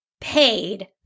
paid